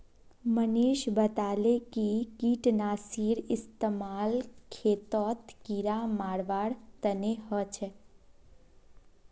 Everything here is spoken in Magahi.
मनीष बताले कि कीटनाशीर इस्तेमाल खेतत कीड़ा मारवार तने ह छे